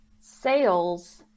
sales